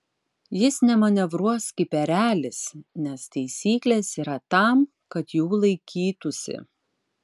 jis nemanevruos kaip erelis nes taisyklės yra tam kad jų laikytųsi